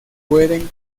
pueden